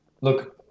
Look